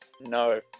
No